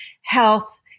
health